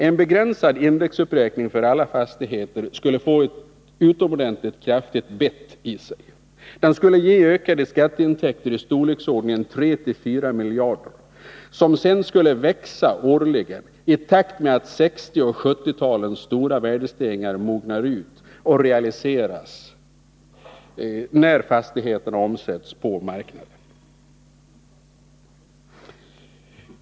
En begränsad indexuppräkning för alla fastigheter skulle få ett utomordentligt kraftigt bett i sig. Den skulle ge ökade skatteintäkter i storleksordningen 3—4 miljarder som sedan skulle växa årligen i takt med att 1960 och 1970-talens stora värdestegringar mognar ut och realiseras när fastigheterna omsätts på marknaden.